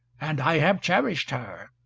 and i have cherished her,